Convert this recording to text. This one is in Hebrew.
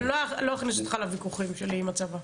אני לא אכניס אותך לוויכוחים שלי עם הצבא.